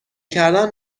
کردن